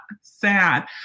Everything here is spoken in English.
sad